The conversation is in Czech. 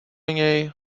něj